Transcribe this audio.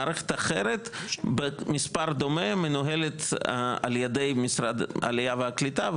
מערכת אחרת במספר דומה מנוהלת על ידי משרד העלייה והקליטה,